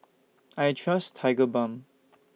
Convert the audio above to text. I Trust Tigerbalm